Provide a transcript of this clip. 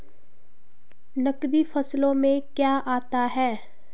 नकदी फसलों में क्या आता है?